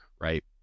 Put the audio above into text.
right